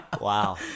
Wow